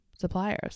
suppliers